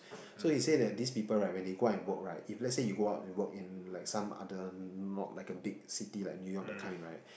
so he say that these people right when they go out and work right if let's say you go out and work in like some other not like a big city like New-York that kind right